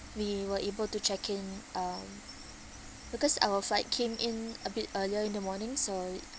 we were able to check in um because our flight came in a bit earlier in the morning so